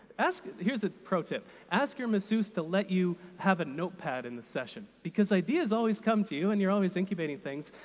here's a pro tip ask your masseuse to let you have a notepad in the session because ideas always come to you and you're always incubating things,